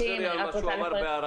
אל תחזרי על מה שהוא אמר באריכות.